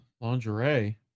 lingerie